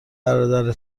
برادر